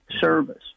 service